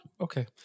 Okay